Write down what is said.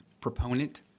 proponent